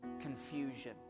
confusion